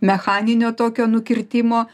mechaninio tokio nukirtimo